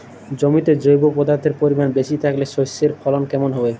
জমিতে জৈব পদার্থের পরিমাণ বেশি থাকলে শস্যর ফলন কেমন হবে?